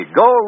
go